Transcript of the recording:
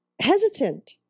hesitant